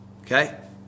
Okay